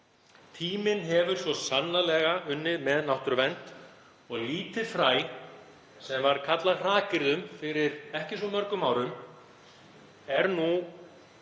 Tíminn hefur svo sannarlega unnið með náttúruvernd og lítið fræ, sem kallað var hrakyrðum fyrir ekki svo mörgum árum, er nú